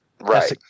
Right